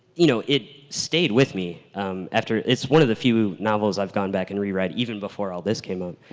you know, it stayed with me after it's one of the few novels i've gone back and reread even before all this came up.